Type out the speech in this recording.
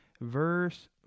verse